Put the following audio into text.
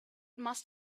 must